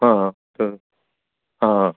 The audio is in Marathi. हां हां हां